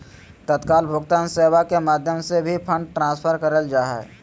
तत्काल भुगतान सेवा के माध्यम से भी फंड ट्रांसफर करल जा हय